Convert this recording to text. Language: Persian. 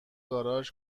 گاراژ